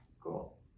cool